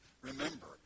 remember